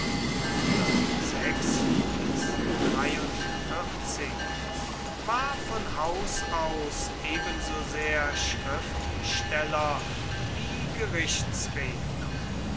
war von haus aus ebensosehr schriftsteller wie